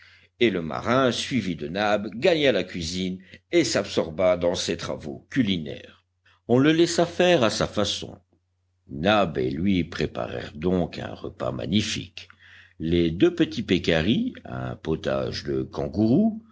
et le marin suivi de nab gagna la cuisine et s'absorba dans ses travaux culinaires on le laissa faire à sa façon nab et lui préparèrent donc un repas magnifique les deux petits pécaris un potage de kangourou